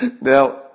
Now